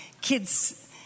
kids